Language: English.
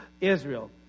Israel